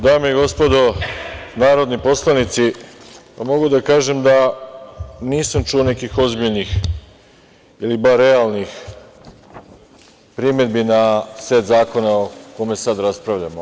Dame i gospodo narodni poslanici, mogu da kažem da nisam čuo nekih ozbiljnih ili bar realnih primedbi na set zakona o kome sada raspravljamo.